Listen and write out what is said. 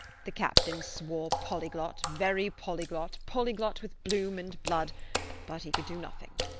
the captain swore polyglot very polyglot polyglot with bloom and blood but he could do nothing.